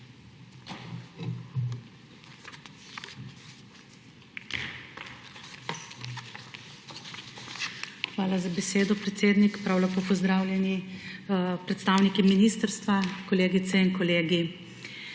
Hvala za besedo, predsednik. Prav lepo pozdravljeni predstavniki ministrstva, kolegice in kolegi!